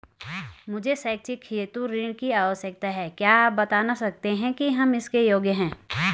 मुझे शैक्षिक हेतु ऋण की आवश्यकता है क्या आप बताना सकते हैं कि हम इसके योग्य हैं?